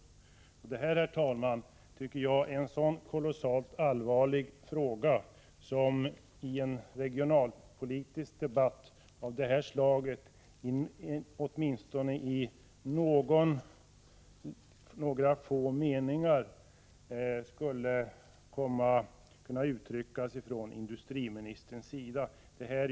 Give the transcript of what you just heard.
Detta är, herr talman, en fråga som är så kolossalt allvarlig att industriministern åtminstone i några få meningar borde ha kunnat beröra den i en regionalpolitisk debatt som denna.